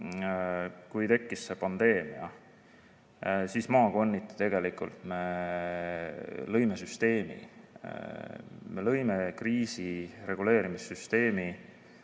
kui tekkis see pandeemia, siis maakonniti me lõime süsteemi, lõime kriisireguleerimissüsteemi